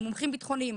על מומחים ביטחוניים,